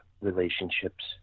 relationships